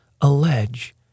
allege